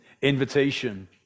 invitation